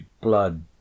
blood